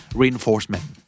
reinforcement